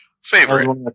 Favorite